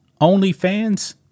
OnlyFans